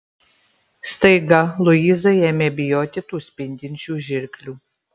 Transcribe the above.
staiga luiza ėmė bijoti tų spindinčių žirklių